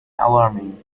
alarming